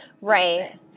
Right